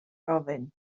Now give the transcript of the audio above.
gofyn